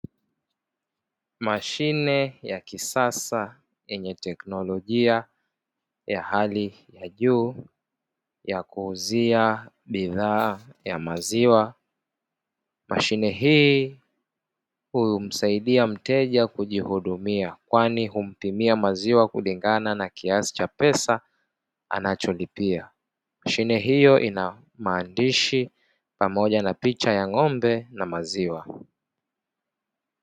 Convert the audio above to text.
Mashine ya kisasa yenye teknolojia ya hali ya juu ya kuuzia bidhaa ya maziwa. Mashine hii humusaidia mteja kujihudumia kwani humpimia maziwa kulingana na kiasi cha pesa anacholipia. Mashine hiyo ina maandishi pamoja na picha ya ng'ombe na maziwa.